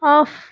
off